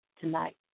tonight